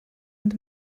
ond